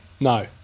No